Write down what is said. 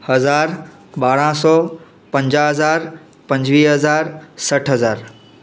हज़ार ॿारहं सौ पंजा हज़ार पंजीह हज़ार सठि हज़ार